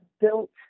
built